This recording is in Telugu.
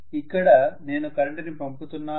ఇక్కడ నేను కరెంటుని పంపుతున్నాను